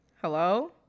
hello